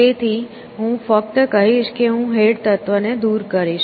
તેથી હું ફક્ત કહીશ કે હું હેડ તત્વને દૂર કરીશ